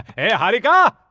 hey harika!